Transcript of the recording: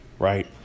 Right